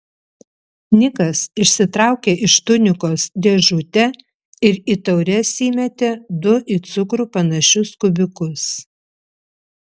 nikas išsitraukė iš tunikos dėžutę ir į taures įmetė du į cukrų panašius kubiukus